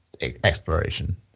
exploration